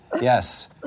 yes